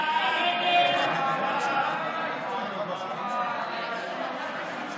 ההצעה להעביר לוועדה את הצעת חוק התפזרות הכנסת